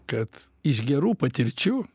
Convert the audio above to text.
kad iš gerų patirčių